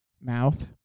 mouth